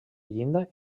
llinda